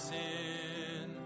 sin